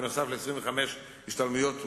נוסף על 25 השתלמויות מורים.